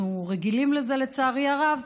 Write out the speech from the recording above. אנחנו רגילים לזה, לצערי הרב.